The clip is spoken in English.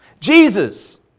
Jesus